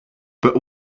but